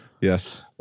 Yes